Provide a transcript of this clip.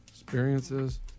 Experiences